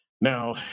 Now